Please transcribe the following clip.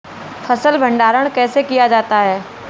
फ़सल भंडारण कैसे किया जाता है?